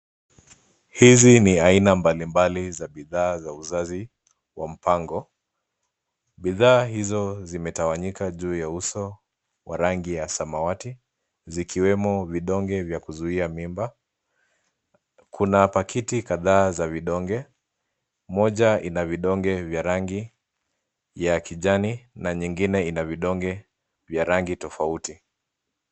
Hizi ni aina mbali mbali za bidhaa za uzazi wa mpango. Bidhaa hizo zimetawanyika juu ya uso wa rangi ya samawati, zikiwemo vidonge vya kuzuia mimba, Kuna pakiti kadhaa za vidonge ,moja Ina vidonge vya rangi ya kijani na nyingine ina vidonge vya rangi tofauti.